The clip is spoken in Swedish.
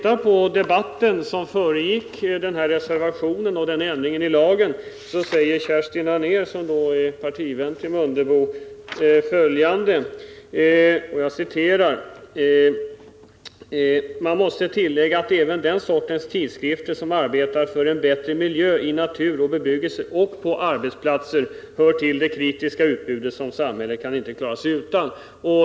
I den debatt i kammaren som föregick ändringen i lagen sade Kerstin Anér, som är partivän till herr Mundebo, i anslutning till reservationen följande: Man måste ”tillägga att även den sortens tidskrifter som arbetar för en bättre miljö i natur och bebyggelse och på arbetsplatser hör till det kritiska utbud som samhället inte kan klara sig utan”.